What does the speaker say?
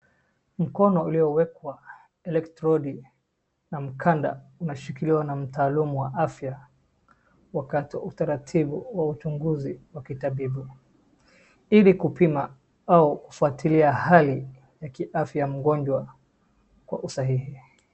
Mkono uliowekwa electrode na mkanda unashikiliwa na mtaaluma wa afya wakati wa utaratibu wa uchunguzi wa kitabibu ili kupima au kufuatilia hali ya kiafya ya mgonjwa kwa usahihi.